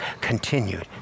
continued